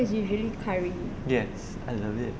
yes I love it